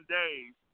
days